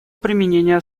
применение